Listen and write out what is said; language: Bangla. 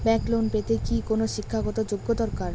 ব্যাংক লোন পেতে কি কোনো শিক্ষা গত যোগ্য দরকার?